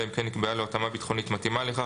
אלא אם כן נקבעה לו התאמה ביטחונית מתאימה לכך,